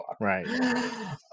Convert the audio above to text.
Right